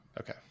Okay